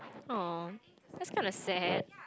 !aww! that is kinda sad